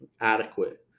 adequate